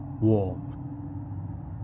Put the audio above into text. Warm